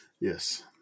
Yes